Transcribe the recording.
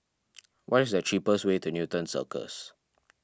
what is the cheapest way to Newton Circus